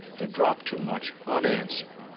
the drop too much, unanswered.